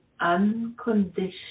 unconditional